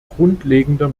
grundlegender